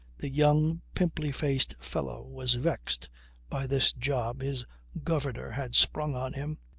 the young, pimply-faced fellow was vexed by this job his governor had sprung on him.